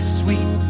sweet